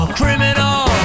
criminal